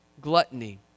Gluttony